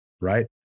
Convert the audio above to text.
right